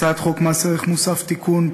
הצעת חוק מס ערך מוסף (תיקון,